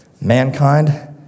mankind